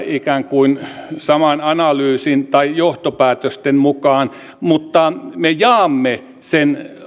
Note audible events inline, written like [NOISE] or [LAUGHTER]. [UNINTELLIGIBLE] ikään kuin saman analyysin tai johtopäätösten mukaan mutta me jaamme sen